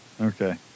Okay